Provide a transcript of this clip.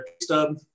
stub